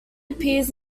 appears